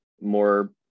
more